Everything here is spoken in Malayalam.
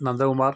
നന്ദകുമാർ